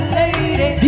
lady